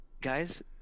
guys